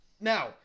Now